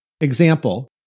Example